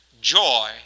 joy